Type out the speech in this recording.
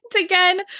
again